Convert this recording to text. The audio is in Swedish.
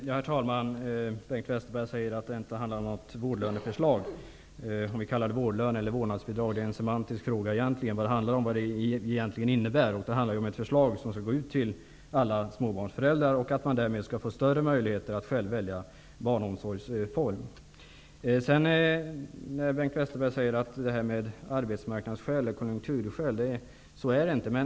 Herr talman! Bengt Westerberg säger att det inte handlar om ett vårdlöneförslag. Det är egentligen en semantisk fråga om vi kallar det vårdlön eller vårdnadsbidrag. Frågan är vad det egentligen innebär. Det handlar ju om ett bidrag som skall gå ut till alla småbarnsföräldrar. Därmed skall de få större möjligheter att själv välja barnomsorgsform. Bengt Westerberg säger att det inte finns några arbetsmarknadsskäl eller konjunkturskäl.